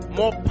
more